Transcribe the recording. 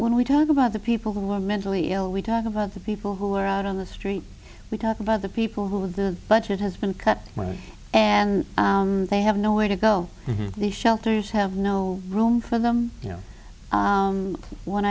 when we talk about the people who are mentally ill we talk about the people who are out on the street we talk about the people who have the budget has been cut where they have nowhere to go the shelters have no room for them you know when